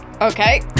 Okay